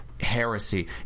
Heresy